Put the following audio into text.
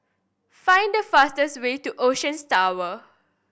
find the fastest way to Oceans Tower